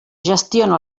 gestiona